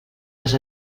les